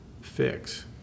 fix